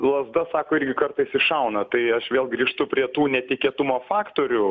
lazda sako irgi kartais iššauna tai aš vėl grįžtu prie tų netikėtumo faktorių